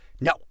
No